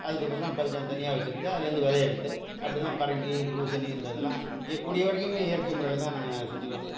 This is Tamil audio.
அதுக்கு அப்புறம் தான் பறித்தாந்து தனியாக வச்சிருந்து அதுலேருந்து வெதைய எடுத்து அப்படி தான் பரங்கி பூசணி இந்த இதெல்லாம் கூடிய வரைக்குமே இயற்கை முறையில் தான் நாங்கள் செஞ்சுக்குவோம்